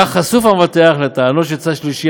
בכך חשוף המבטח לטענות של צד שלישי